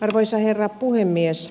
arvoisa herra puhemies